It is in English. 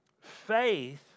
faith